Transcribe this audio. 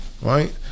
right